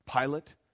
Pilate